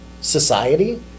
society